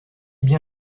bien